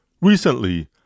Recently